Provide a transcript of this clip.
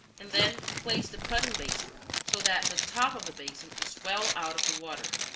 and then place the pudding basin so that the top of the basin is well out of the water.